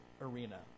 arena